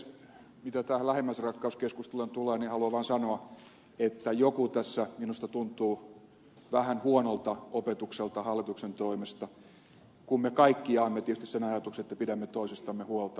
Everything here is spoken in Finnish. mitä tähän lähimmäisenrakkauskeskusteluun tulee niin haluan vain sanoa että joku tässä minusta tuntuu vähän huonolta opetukselta hallituksen toimesta kun me kaikki jaamme tietysti sen ajatuksen että pidämme toisistamme huolta